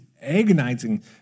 agonizing